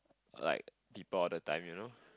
like people all the time you know